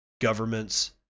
governments